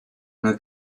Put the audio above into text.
una